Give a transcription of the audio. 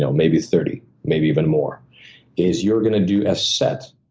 so maybe thirty, maybe even more is you're gonna do a set,